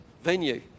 Venue